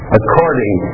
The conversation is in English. according